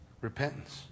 repentance